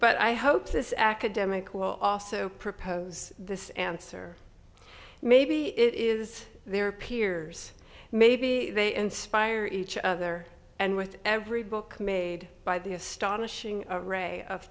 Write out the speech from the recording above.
but i hope this academic will also propose this answer maybe it is their peers maybe they inspire each other and with every book made by the astonishing ray of